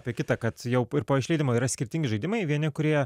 apie kitą kad jau po išleidimo yra skirtingi žaidimai vieni kurie